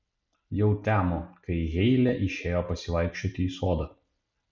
jau temo kai heile išėjo pasivaikščioti į sodą